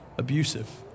abusive